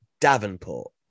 Davenport